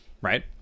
Right